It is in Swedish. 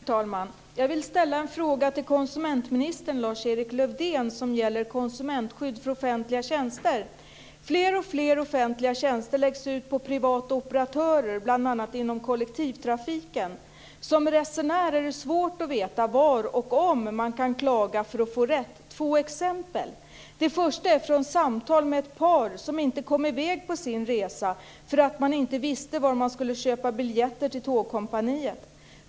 Fru talman! Jag vill ställa en fråga till konsumentminister Lars-Erik Lövdén som gäller konsumentskydd för offentliga tjänster. Fler och fler offentliga tjänster läggs ut på privata operatörer, bl.a. inom kollektivtrafiken. Som resenär är det svårt att veta var och om man kan klaga för att få rätt. Jag har två exempel. Det första är från samtal med ett par som inte kom i väg på sin resa för att de inte visste var de skulle köpa biljetter av Tågkompaniet.